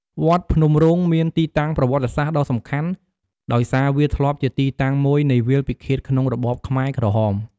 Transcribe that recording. វត្តភ្នំរូងមានទីតាំងប្រវត្តិសាស្ត្រដ៏សំខាន់ ដោយសារវាធ្លាប់ជាទីតាំងមួយនៃវាលពិឃាតក្នុងរបបខ្មែរក្រហម។